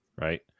right